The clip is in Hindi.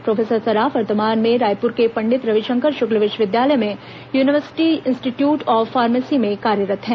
प्रोफेसर सराफ वर्तमान में रायपुर के पंडित रविशंकर शुक्ल विश्वविद्यालय में यूनिवर्सिटी इंस्टीट्यूट ऑफ फॉर्मेसी में कार्यरत हैं